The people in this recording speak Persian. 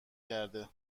کرده